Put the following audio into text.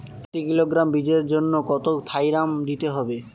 প্রতি কিলোগ্রাম বীজের জন্য কত থাইরাম দিতে হবে?